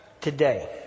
Today